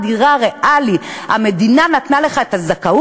השר אריאל אטיאס,